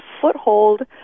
foothold